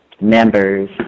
members